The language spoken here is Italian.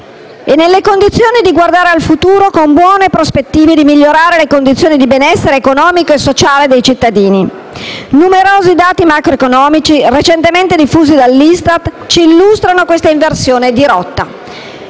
e nelle condizioni di guardare al futuro con buone prospettive di migliorare le condizioni di benessere economico e sociale dei cittadini: numerosi dati macroeconomici recentemente diffusi dall'ISTAT ci illustrano questa inversione di rotta.